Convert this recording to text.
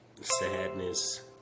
Sadness